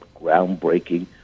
groundbreaking